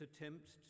attempts